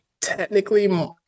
technically